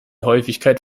häufigkeit